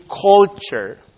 culture